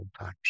touch